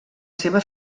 seva